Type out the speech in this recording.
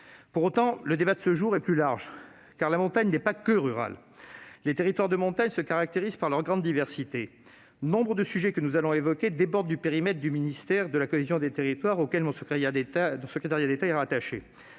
Cependant, ce débat couvre un champ plus large, car la montagne n'est pas que rurale. Les territoires de montagne se caractérisent par leur grande diversité. Parmi les sujets que nous allons évoquer, beaucoup débordent le périmètre du ministère de la cohésion des territoires auquel mon secrétariat d'État est rattaché.